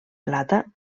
plata